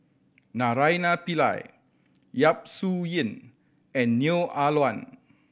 Naraina Pillai Yap Su Yin and Neo Ah Luan